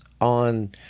on